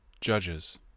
Judges